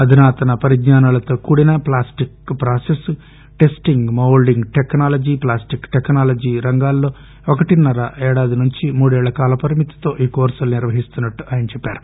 ఆధునాతన పరిజ్ఞానాలతో కూడిన plastic process testing mould technology plastics technology రంగాలలో ఒకటిన్నర ఏడాది నుంచి మూడేళ్ళ కాలపరిమితితో ఈ కోర్సులు నిర్వహిస్తున్నట్లు ఆయన చెప్పారు